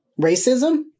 Racism